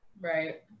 Right